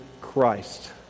Christ